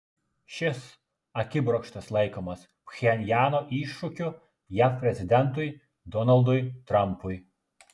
šis akibrokštas laikomas pchenjano iššūkiu jav prezidentui donaldui trampui